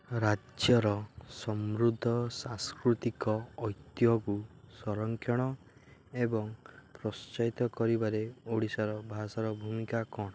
ରାଜ୍ୟର ସମୃଦ୍ଧ ସାଂସ୍କୃତିକ ଐତିହକୁ ସଂରକ୍ଷଣ ଏବଂ ପ୍ରୋତ୍ସାହିତ କରିବାରେ ଓଡ଼ିଶାର ଭାଷାର ଭୂମିକା କ'ଣ